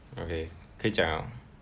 okay 可以讲 liao